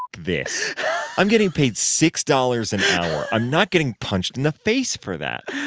this i'm getting paid six dollars an hour. i'm not getting punched in the face for that.